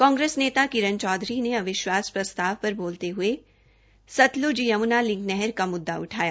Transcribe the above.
कांग्रेस नेता किरण चौधरी ने अविश्वास प्रस्ताव पर बाज़ते हये सतल़ज यमुना लिंक नहर का मुद्दा उठाया